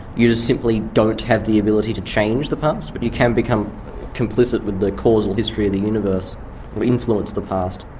you just simply don't have the ability to change the past, but you can become complicit with the causal history of the universe and influence the past.